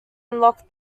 unlock